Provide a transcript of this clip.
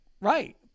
Right